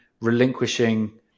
relinquishing